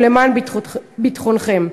למען ביטחונכם.